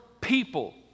people